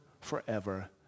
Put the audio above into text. forever